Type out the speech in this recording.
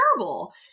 terrible